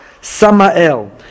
Samael